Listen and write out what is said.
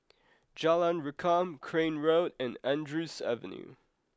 Jalan Rukam Crane Road and Andrews Avenue